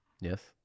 Yes